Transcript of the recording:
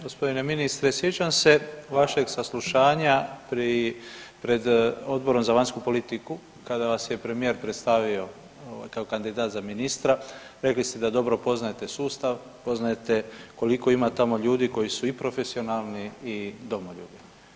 Gospodine ministre, sjećam se vašeg saslušanja pred Odborom za vanjsku politiku kada vas je premijer predstavio ovaj kao kandidat za ministra rekli ste da dobro poznajete sustav, poznajete koliko ima tamo ljudi koji su i profesionalni i domoljubi.